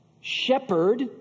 shepherd